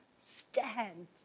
stand